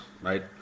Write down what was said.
right